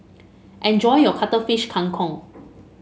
enjoy your Cuttlefish Kang Kong